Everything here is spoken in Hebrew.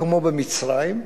כמו במצרים.